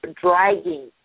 dragging